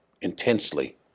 intensely